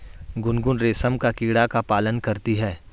गुनगुन रेशम का कीड़ा का पालन करती है